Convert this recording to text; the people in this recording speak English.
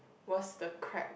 was the crab